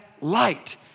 light